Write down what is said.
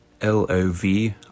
L-O-V